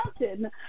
mountain